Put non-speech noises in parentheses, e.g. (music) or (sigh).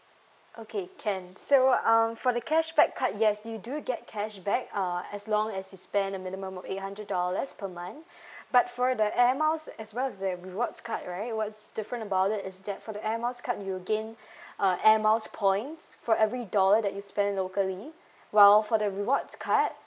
okay can so um for the cashback card yes you do get cashback uh as long as you spend a minimum of eight hundred dollars per month (breath) but for the air miles as well as the rewards card right what's different about it is that for the air miles card you gain (breath) uh air miles points for every dollar that you spend locally while for the rewards card